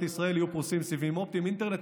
ישראל יהיו פרוסים סיבים אופטיים ואינטרנט,